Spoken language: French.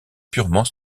purement